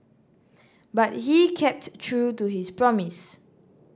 but he kept true to his promise